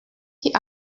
qui